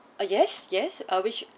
ah yes yes ah which